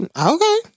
Okay